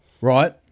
Right